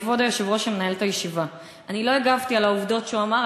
לכבוד היושב-ראש שמנהל את הישיבה: אני לא הגבתי על העובדות שהוא אמר,